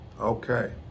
Okay